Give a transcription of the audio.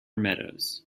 meadows